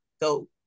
go